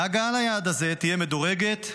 ההגעה ליעד הזה תהיה מדורגת: